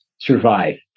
survive